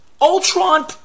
Ultron